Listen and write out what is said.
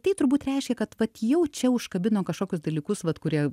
tai turbūt reiškia kad vat jau čia užkabino kažkokius dalykus vat kurie